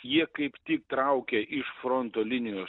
jie kaip tik traukia iš fronto linijos